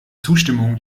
zustimmung